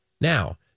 Now